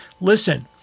listen